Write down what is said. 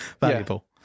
valuable